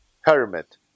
hermit